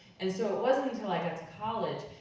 and so it wasn't until i got to college,